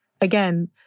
again